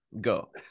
go